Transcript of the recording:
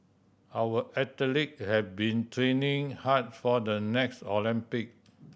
our athlete have been training hard for the next Olympic